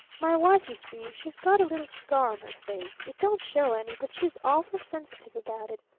my wife, you see, she's got a little scar on her face it don't show any, but she's awful sensitive about it,